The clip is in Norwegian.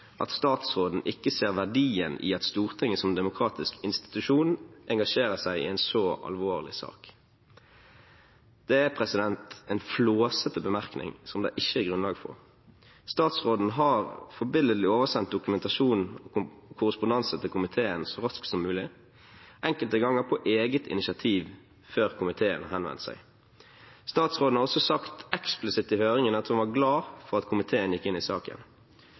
at statsråden ikke ser verdien i at Stortinget som demokratisk institusjon engasjerer seg i en så alvorlig sak.» Det er en flåsete bemerkning som det ikke er grunnlag for. Statsråden har forbilledlig oversendt dokumentasjon om korrespondanse til komiteen så raskt som mulig, enkelte ganger på eget initiativ, før komiteen henvendte seg. Statsråden har også sagt eksplisitt i høringen at hun var glad for at komiteen gikk inn i saken.